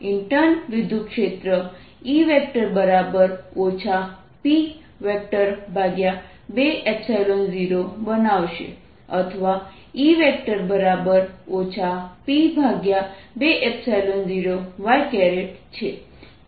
આ ઇન્ટર્ન વિદ્યુતક્ષેત્ર E P20 બનાવશે અથવા E P20y છે